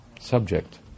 subject